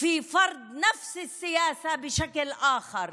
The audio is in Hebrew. להשליט את אותה מדיניות בצורה אחרת,